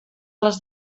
les